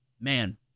Man